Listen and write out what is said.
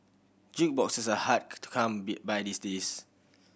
jukeboxes are hard to come be by these days